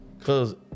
Cause